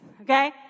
okay